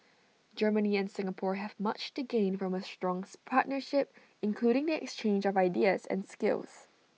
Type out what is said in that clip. Germany and Singapore have much to gain from A strong partnership including the exchange of ideas and skills